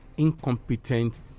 Incompetent